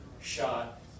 shot